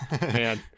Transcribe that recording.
Man